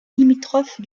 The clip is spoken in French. limitrophe